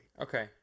Okay